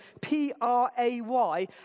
P-R-A-Y